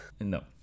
no